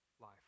life